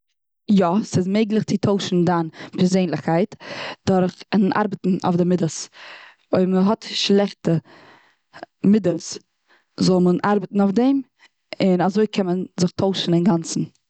יא, ס'איז מעגליך צו טוישן דיין פערזענדליכקייט דורכן ארבעטן אויף די מדות. אויב מ'האט שלעכטע מדות זאל מען ארבעטן אויף דעם. און אזוי קען מען זיך טוישן אינגאנצן.